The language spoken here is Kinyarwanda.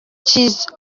cyiza